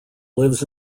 lives